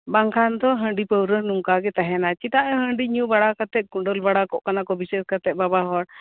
ᱵᱟᱝᱠᱷᱟᱱ ᱫᱚ ᱦᱟᱺᱰᱤᱼᱯᱟᱹᱣᱨᱟᱹ ᱱᱚᱝᱠᱟ ᱜᱮ ᱛᱟᱦᱮᱱᱟ ᱪᱮᱫᱟᱜ ᱭᱟ ᱦᱟᱺᱰᱤ ᱧᱩ ᱵᱟᱲᱟ ᱠᱟᱛᱮ ᱠᱚᱸᱰᱮᱞ ᱵᱟᱲᱟ ᱠᱚᱜ ᱠᱟᱱᱟ ᱠᱚ ᱵᱤᱥᱮᱥ ᱠᱟᱛᱮ ᱵᱟᱵᱟ ᱦᱚᱲ ᱦᱮᱸ